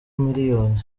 miliyoni